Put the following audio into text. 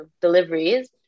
deliveries